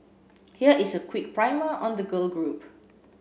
here is a quick primer on the girl group